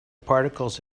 particles